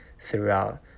throughout